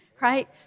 Right